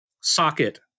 socket